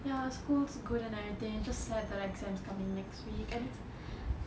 ya school's good and everything just sad that exam's coming next week and